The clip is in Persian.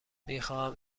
میخواهم